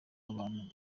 abantu